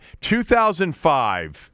2005